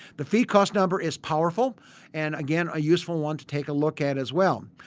the feed cost number is powerful and again a useful one to take a look at as well.